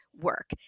work